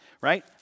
right